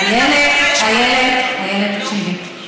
אני איילת, איילת, איילת, תקשיבי.